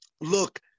Look